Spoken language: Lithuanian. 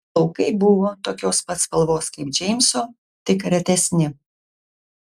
plaukai buvo tokios pat spalvos kaip džeimso tik retesni